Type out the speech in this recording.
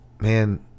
man